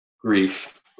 Grief